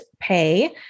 pay